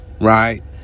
Right